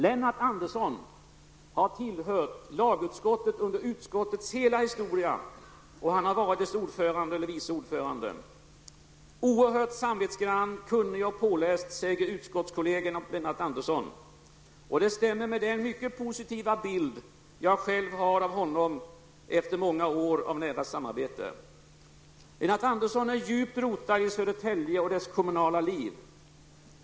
Lennart Andersson har tillhört lagutskottet under utskottets hela historia och också varit dess ordförande eller vice ordförande. Oerhört samvetsgrann, kunnig och påläst, säger utskottskollegerna om Lennart Andersson. Och det stämmer med den mycket positiva bild jag själv har av honom efter många år av nära samarbete. Lennart Andersson är djupt rotad i Södertälje och dess kommunala liv.